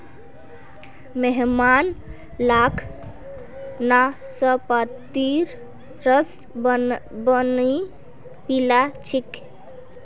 मेहमान लाक नाशपातीर रस बनइ पीला छिकि